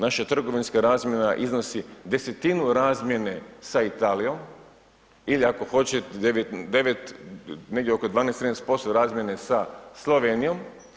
Naše trgovinske razmjena iznosi desetinu razmjene sa Italijom ili ako hoćete oko 12-13% razmjene sa Slovenijom.